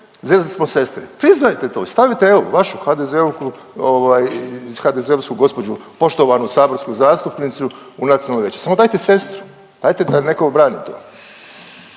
zezli smo sestre, priznajte to. Stavite evo vašu HDZ-ovku, ovaj iz HDZ-ovsku gospođu poštovanu saborsku zastupnicu u nacionalno vijeće. Samo dajte sestru, dajte da neko brani to.